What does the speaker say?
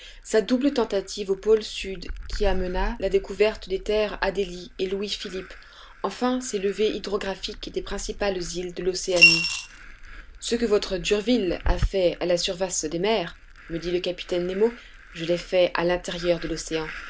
sa double tentative au pôle sud qui amena la découverte des terres adélie et louis-philippe enfin ses levés hydrographiques des principales îles de l'océanie ce que votre d'urville a fait à la surface des mers me dit le capitaine nemo je l'ai fait à l'intérieur de l'océan